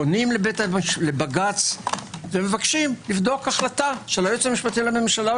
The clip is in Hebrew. פונים לבג"ץ ומבקשים לבדוק החלטה של היועץ המשפטי לממשלה,